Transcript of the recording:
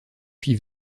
puis